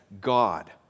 God